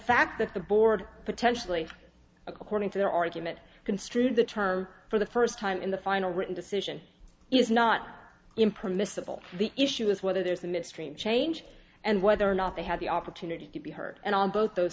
fact that the board potentially according to their argument construed the term for the first time in the final written decision is not impressed miscible the issue is whether there's a midstream change and whether or not they have the opportunity to be heard and on both those